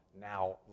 now